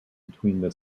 between